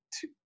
two